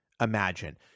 imagine